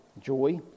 Joy